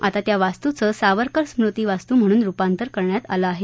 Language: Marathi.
आता त्या वास्तूचं सावरकर स्मृती वास्तू म्हणून रूपांतर करण्यात आलं आहे